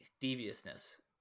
deviousness